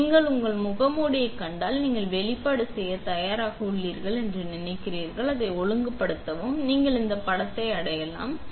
எனவே நீங்கள் உங்கள் முகமூடியைக் கண்டால் நீங்கள் வெளிப்பாடு செய்யத் தயாராக உள்ளீர்கள் என்று நினைக்கிறீர்கள் அதை ஒழுங்குபடுத்தவும் நீங்கள் இந்த படத்தை அடையலாம்